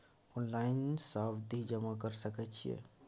Online सावधि जमा कर सके छिये?